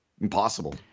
impossible